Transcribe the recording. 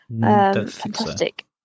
fantastic